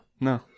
No